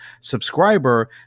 subscriber